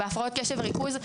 בהפרעות קשב וריכוז,